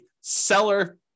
seller